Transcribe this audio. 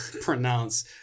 pronounce